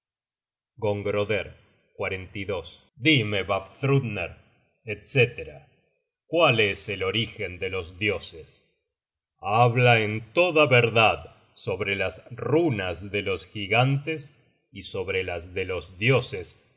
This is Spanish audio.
juntos en buena armonía gongroder dime vafthrudner etc cuál es el orígen de los dioses habla en toda verdad sobre las runas de los gigantes y sobre las de los dioses